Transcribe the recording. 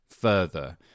further